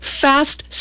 Fast